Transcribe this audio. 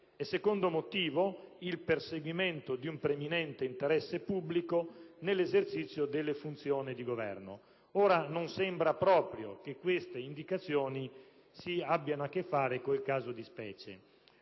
rilevante, ovvero nel perseguimento di un preminente interesse pubblico nell'esercizio della funzione di governo. Non sembra proprio che queste indicazioni abbiano a che con fare il caso di specie.